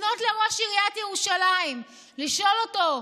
לפנות לראש עיריית ירושלים ולשאול אותו: